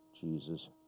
Jesus